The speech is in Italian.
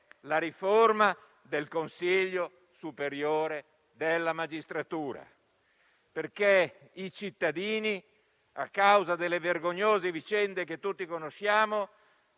la riforma del Consiglio superiore della magistratura. A causa delle vergognose vicende che tutti conosciamo